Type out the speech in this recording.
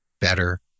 better